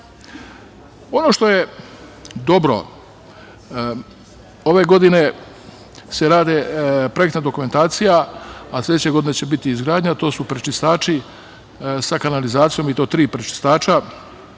što je dobro, ove godine se radi projektna dokumentacija, a sledeće godine će biti izgradnja, to su prečistači sa kanalizacijom, i to tri prečistača,